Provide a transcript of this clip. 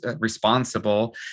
responsible